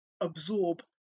absorb